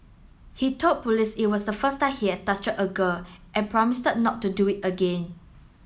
he told police it was the first time he had touched a girl and promised not to do it again